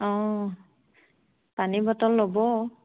অঁ পানী বটল ল'ব